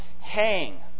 hang